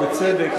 ובצדק,